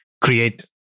create